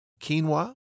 quinoa